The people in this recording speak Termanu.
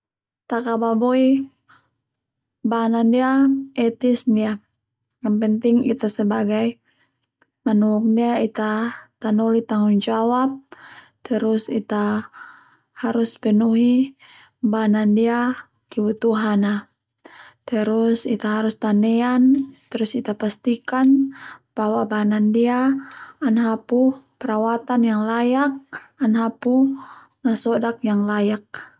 Takababoi bana ndia etis ndia yang penting Ita sebagai manuk ndia Ita tanoli tanggung jawab, terus Ita harus penuhi bana ndia kebutuhan ha terus Ita harus tanean terus Ita pastikan bahwa bana ndia ana hapu perawatan yang layak ana hapu nasodak yg layak.